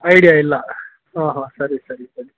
idea ಇಲ್ಲ ಹಾಂ ಹಾಂ ಸರಿ ಸರಿ ಸರಿ